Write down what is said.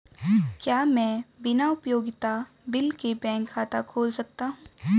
क्या मैं बिना उपयोगिता बिल के बैंक खाता खोल सकता हूँ?